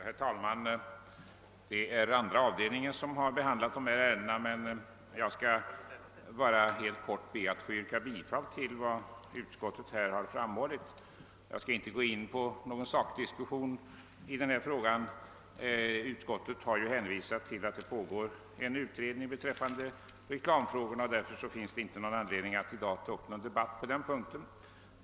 Herr talman! Det är andra avdelningen av statsutskottet som har behandlat dessa ärenden, men jag skall bara helt kort be att få yrka bifall till vad utskottet har hemställt. Jag skall inte gå in på någon sakdiskussion i denna fråga. Utskottet har ju hänvisat till att det pågår en utredning om reklamfrågorna, och därför finns det inte någon anledning att i dag ta upp debatt på den punkten.